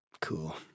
Cool